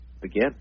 begin